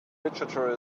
literature